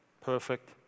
perfect